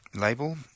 label